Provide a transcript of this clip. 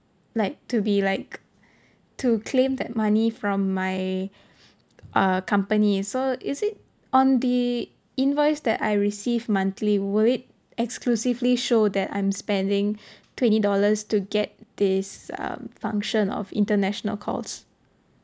like to be like to claim that money from my uh company so is it on the invoice that I receive monthly will it exclusively show that I'm spending twenty dollars to get this um function of international calls